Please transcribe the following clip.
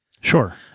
Sure